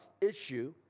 issue